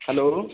hello